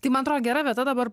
tai man atrodo gera vieta dabar